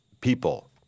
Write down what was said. people